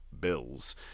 Bills